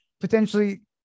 potentially